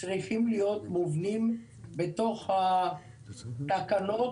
צריכים להיות מובנים בתוך התקנות,